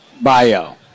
Bio